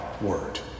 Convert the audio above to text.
word